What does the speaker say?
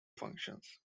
functions